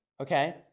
Okay